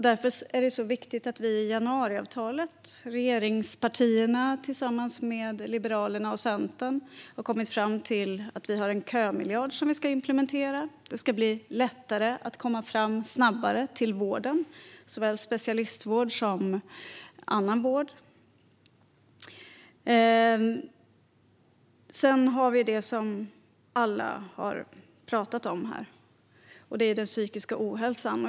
Därför är det så viktigt att vi i januariavtalet, regeringspartierna tillsammans med Liberalerna och Centern, har kommit fram till att vi har en kömiljard som vi ska implementera. Det ska bli lättare att komma fram snabbare till vården. Det gäller såväl specialistvård som annan vård. Sedan har vi det som alla har pratat om här. Det är den psykiska ohälsan.